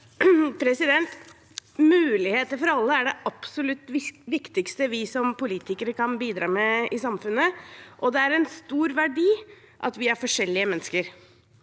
Muligheter for alle er det absolutt viktigste vi som politikere kan bidra med i samfunnet, og det er en stor verdi at vi er forskjellige mennesker.